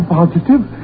Positive